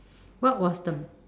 what was the